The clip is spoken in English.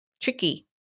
tricky